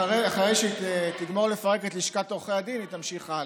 אחרי שהיא תגמור לפרק את לשכת עורכי הדין היא תמשיך הלאה.